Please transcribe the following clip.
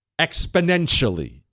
Exponentially